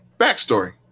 backstory